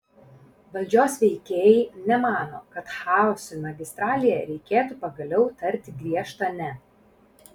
valdžios veikėjai nemano kad chaosui magistralėje reikėtų pagaliau tarti griežtą ne